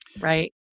right